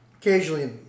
Occasionally